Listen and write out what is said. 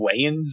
Wayans